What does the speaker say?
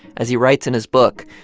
as he writes in his book,